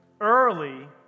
Early